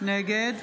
נגד